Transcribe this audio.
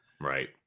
Right